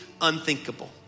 unthinkable